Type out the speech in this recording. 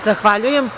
Zahvaljujem.